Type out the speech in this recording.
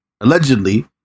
allegedly